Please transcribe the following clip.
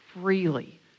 Freely